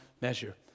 measure